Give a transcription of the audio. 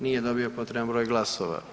Nije dobio potreban broj glasova.